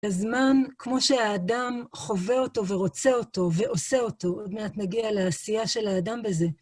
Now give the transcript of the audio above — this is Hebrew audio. בזמן, כמו שהאדם חווה אותו ורוצה אותו ועושה אותו, עוד מעט נגיע לעשייה של האדם בזה.